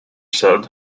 said